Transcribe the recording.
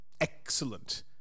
Excellent